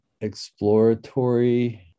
exploratory